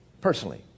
personally